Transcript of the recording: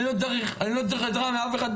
אני לא צריך עזרה מאף אחד,